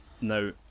Now